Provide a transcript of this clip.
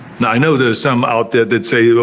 now i know there are some out there that say you know